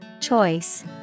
Choice